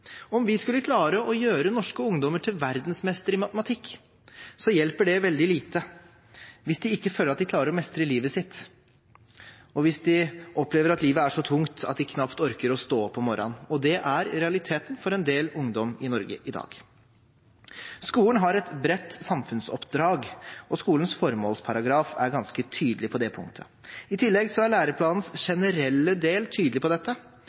Om vi skulle klare å gjøre norske ungdommer til verdensmestere i matematikk, hjelper det veldig lite hvis de ikke føler at de klarer å mestre livet sitt og de opplever at livet er så tungt at de knapt orker å stå opp om morgenen. Og det er realiteten for en del ungdommer i Norge i dag. Skolen har et bredt samfunnsoppdrag, og skolens formålsparagraf er ganske tydelig på det punktet. I tillegg er læreplanens generelle del tydelig på dette